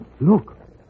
Look